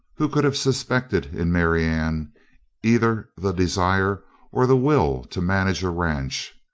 who could have suspected in marianne either the desire or the will to manage a ranch,